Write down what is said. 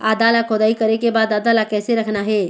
आदा ला खोदाई करे के बाद आदा ला कैसे रखना हे?